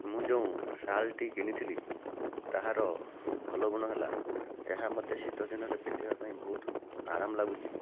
ମୁଁ ଯେଉଁ ଶାଲ୍ଟି କିଣିଥିଲି ତାହାର ଭଲ ଗୁଣ ହେଲା ଏହା ମୋତେ ଶୀତ ଦିନରେ ପିନ୍ଧିବା ପାଇଁ ବହୁତ ଆରାମ ଲାଗୁଛି